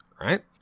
right